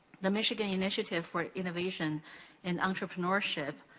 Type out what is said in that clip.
the michigan initiative for innovation and entrepreneurship,